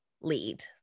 lead